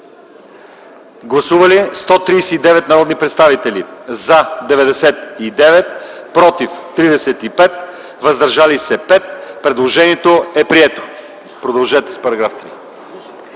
Гласували 139 народни представители: за 99, против 35, въздържали се 5. Предложението е прието. Моля, продължете с § 3.